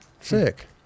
Sick